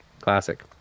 classic